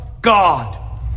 God